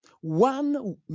one